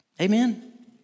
Amen